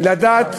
לדעת